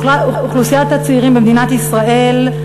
אוכלוסיית הצעירים במדינת ישראל,